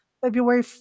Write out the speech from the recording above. February